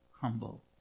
Humble